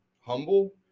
humble